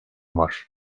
var